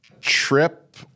trip